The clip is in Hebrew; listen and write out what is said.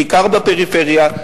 בעיקר בפריפריה,